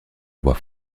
envoie